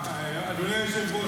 שלא יטיף לנו מוסר.